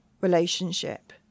relationship